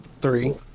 three